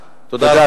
תודה, אדוני.